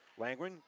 Langren